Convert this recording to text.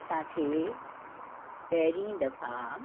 असांखे पहिरीं दफ़ा